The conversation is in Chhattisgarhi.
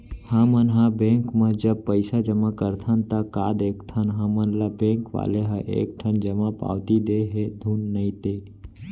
हमन ह बेंक म जब पइसा जमा करथन ता का देखथन हमन ल बेंक वाले ह एक ठन जमा पावती दे हे धुन नइ ते